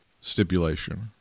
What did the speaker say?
stipulation